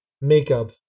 makeup